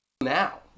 now